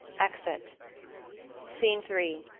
exit scene three.